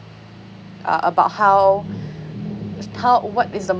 uh about how how what is the